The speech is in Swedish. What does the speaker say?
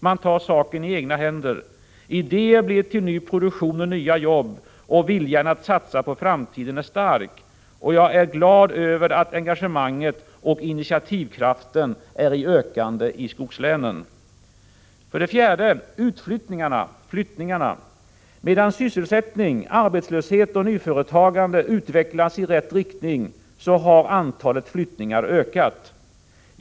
Man tar saken i egna händer. Idéer blir till ny produktion och nya jobb. Viljan att satsa för framtiden är stark, och jag är glad över att engagemanget och initiativkraften är i ökande i skogslänen. För det fjärde: flyttningarna. Medan sysselsättning, arbetslöshet och nyföretagande utvecklas i rätt riktning, så har antalet flyttningar ökat.